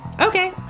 okay